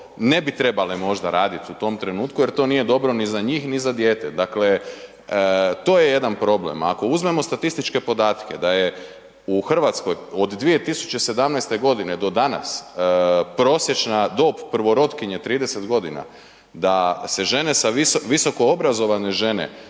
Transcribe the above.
ne bi trebale možda raditi u tom trenutku jer to nije dobro ni za njih ni za dijete. Dakle, to je jedan problem. Ako uzmemo statističke podatke da je u Hrvatskoj od 2017. g. do danas prosječna dob prvorotkinje 30 g., da visokoobrazovane žene